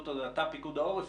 פיקוד העורף,